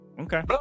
okay